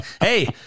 Hey